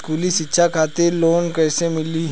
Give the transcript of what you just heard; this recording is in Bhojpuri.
स्कूली शिक्षा खातिर लोन कैसे मिली?